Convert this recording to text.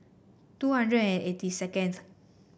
two hundred and eighty seconds